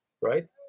Right